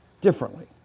differently